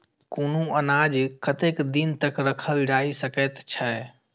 कुनू अनाज कतेक दिन तक रखल जाई सकऐत छै?